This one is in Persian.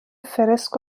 فِرِسک